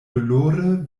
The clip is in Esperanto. dolore